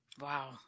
Wow